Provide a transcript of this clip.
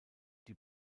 die